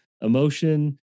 emotion